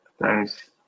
Thanks